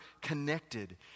connected